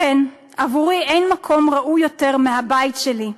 לכן, עבורי אין מקום ראוי יותר מהבית שלי,